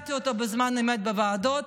הזהרתי אותו בזמן אמת בוועדות,